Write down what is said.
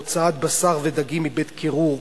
הוצאת בשר ודגים מבית-קירור,